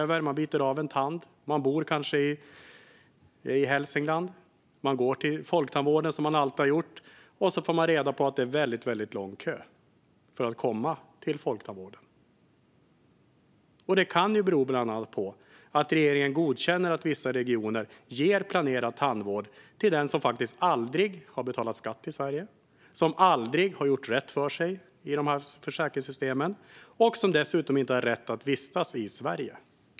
Man biter av en tand, man bor kanske i Hälsingland, man går till folktandvården som man alltid har gjort, och så får man reda på att det är väldigt lång kö för att komma till folktandvården. Det kan ju bland annat bero på att regeringen godkänner att vissa regioner ger planerad tandvård till den som aldrig har betalat skatt i Sverige, som aldrig har gjort rätt för sig i försäkringssystemen och som dessutom inte har rätt att vistas i Sverige.